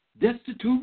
destitute